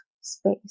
space